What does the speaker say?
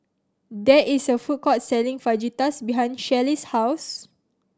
there is a food court selling Fajitas behind Shelly's house